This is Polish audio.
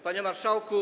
Panie Marszałku!